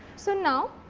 so, now,